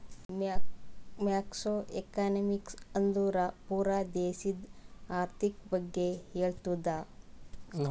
macro economics ಅಂದುರ್ ಪೂರಾ ದೇಶದು ಆರ್ಥಿಕ್ ಬಗ್ಗೆ ಹೇಳ್ತುದ